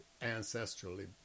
ancestrally